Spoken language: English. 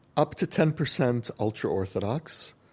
up to ten percent ultra-orthodox,